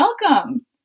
Welcome